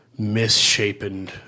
misshapen